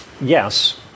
yes